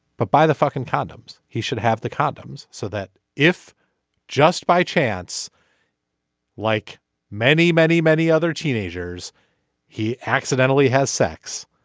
but by the fucking condoms he should have the condoms so that if just by chance like many many many other teenagers he accidentally has sex